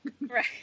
Right